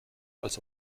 als